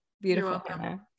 Beautiful